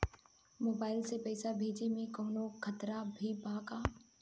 Mobile से पैसा भेजे मे कौनों खतरा भी बा का?